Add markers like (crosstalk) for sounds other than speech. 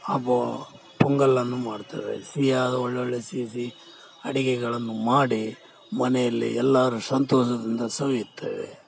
(unintelligible) ಪೊಂಗಲನ್ನು ಮಾಡ್ತೇವೆ ಸಿಹಿಯಾದ ಒಳ್ಳೋಳ್ಳೆಯ ಸಿಹಿ ಸಿಹಿ ಅಡಿಗೆಗಳನ್ನು ಮಾಡಿ ಮನೆಯಲ್ಲಿ ಎಲ್ಲರು ಸಂತೋಷದಿಂದ ಸವಿಯುತ್ತೇವೆ